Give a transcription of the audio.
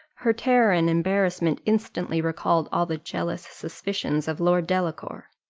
her terror and embarrassment instantly recalled all the jealous suspicions of lord delacour.